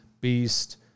Beast